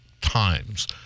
times